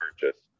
purchase